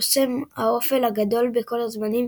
קוסם האופל הגדול בכל הזמנים